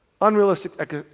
Unrealistic